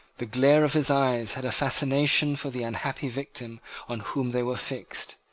the glare of his eyes had a fascination for the unhappy victim on whom they were fixed.